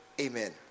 Amen